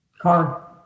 Car